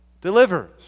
delivers